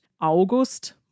August